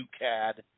UCAD